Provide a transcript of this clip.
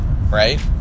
right